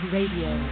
Radio